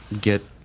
get